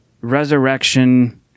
resurrection